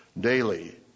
daily